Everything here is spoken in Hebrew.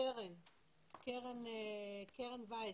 קרן וייס.